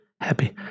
happy